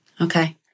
Okay